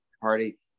Party